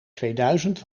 tweeduizend